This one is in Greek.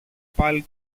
πάλι